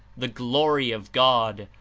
the glory of god,